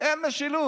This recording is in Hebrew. דבר